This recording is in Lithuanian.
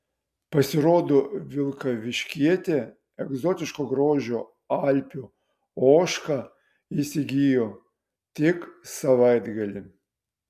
pasirodo vilkaviškietė egzotiško grožio alpių ožką įsigijo tik savaitgalį